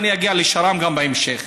אני אגיע לשר"מ גם בהמשך.